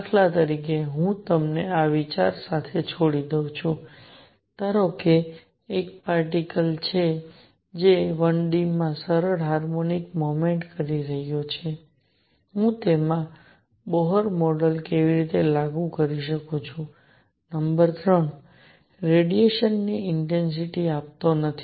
દાખલા તરીકે હું તમને આ વિચાર સાથે છોડી દઉં છું ધારો કે એક પાર્ટીકલ છે જે 1 D માં સરળ હાર્મોનિક મોમેન્ટમ કરી રહ્યો છે હું તેમાં બોહર મોડેલ કેવી રીતે લાગુ કરી શકું નંબર ૩ રેડિયેશન ની ઇન્ટેન્સિટી આપતો નથી